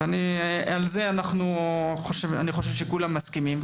ואני חושב שכולנו מסכימים על זה.